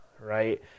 right